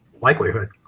likelihood